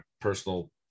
personal